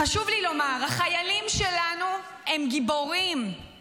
חשוב לי לומר, החיילים שלנו הם גיבורים.